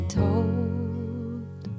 told